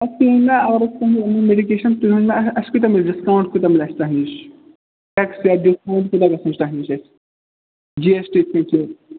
اچھ تُہۍ ؤنیُو مےٚ اَگر أسۍ تۄہہِ اَنَو مِڈِکیشَن تُہۍ ؤنیُو مےٚ اَسہِ کوٗتاہ مِلہِ ڈِسکاوُٹ کوٗتاہ مِلہِ اَسہِ تۄہہِ نِش اٮ۪کٕسپیٚکٹ لٮ۪س کوٗتاہ گژھِ اَسہِ تۄہہِ نِش جی ایٚس ٹی تہِ چھِ